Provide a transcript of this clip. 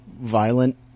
violent